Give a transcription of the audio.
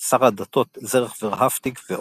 שר הדתות זרח ורהפטיג ועוד.